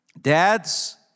dads